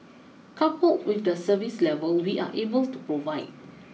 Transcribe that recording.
coupled with the service level we are able to provide